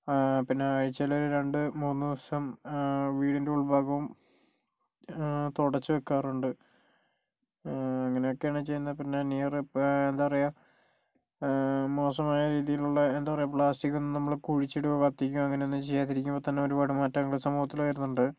പിന്നെ ആഴ്ചയിലൊരു രണ്ട് മൂന്നു ദിവസം വീടിൻ്റെ ഉൾഭാഗവും തുടച്ച് വെക്കാറുണ്ട് അങ്ങനെയൊക്കെയാണ് ചെയ്യുന്നത് പിന്നെ എന്താ പറയുക മോശമായ രീതിയിലുള്ള എന്താ പറയുക പ്ലാസ്റ്റിക്കൊന്നും നമ്മള് കുഴിച്ചിടുവൊ കത്തിക്കുവൊ അങ്ങനെയൊന്നും ചെയ്യാതിരിക്കുമ്പോൾ തന്നെ ഒരുപാട് മാറ്റങ്ങള് സമൂഹത്തില് വരുന്നുണ്ട്